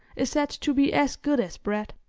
is said to be as good as bread.